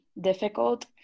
difficult